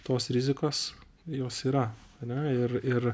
tos rizikos jos yra ane ir ir